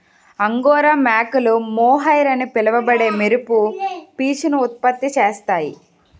angora మేకలు mohair అని పిలువబడే మెరుపు పీచును ఉత్పత్తి చేస్తాయి